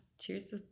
cheers